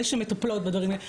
אלה שמטפלות בדברים האלה,